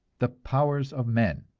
the powers of men,